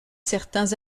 certains